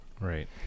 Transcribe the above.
Right